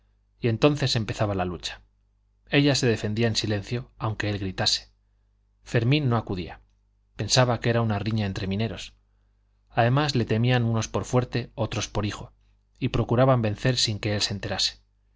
y entonces empezaba la lucha ella se defendía en silencio aunque él gritase fermín no acudía pensaba que era una riña entre mineros además le temían unos por fuerte otros por hijo y procuraban vencer sin que él se enterase